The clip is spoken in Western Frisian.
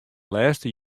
lêste